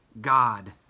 God